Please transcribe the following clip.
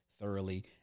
thoroughly